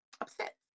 upset